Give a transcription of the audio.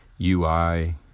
UI